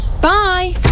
Bye